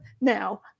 now